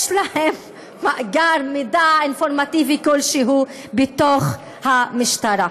מאגר מידע אינפורמטיבי כלשהו במשטרה.